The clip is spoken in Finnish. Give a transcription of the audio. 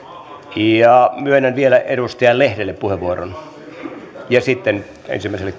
myönnän vielä edustaja lehdelle puheenvuoron sitten puheenvuoro ensimmäiselle